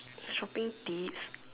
shopping tips